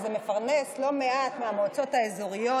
וזה מפרנס לא מעט מהמועצות האזוריות,